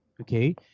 okay